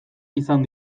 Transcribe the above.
izan